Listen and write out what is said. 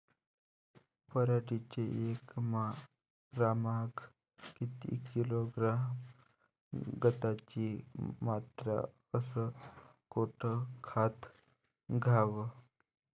पराटीले एकरामागं किती किलोग्रॅम खताची मात्रा अस कोतं खात द्याव?